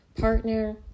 partner